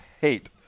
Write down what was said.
hate